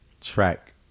track